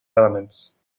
elements